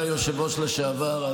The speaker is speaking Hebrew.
היושב-ראש לשעבר,